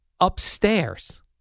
upstairs